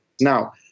Now